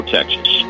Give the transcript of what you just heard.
Texas